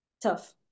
Tough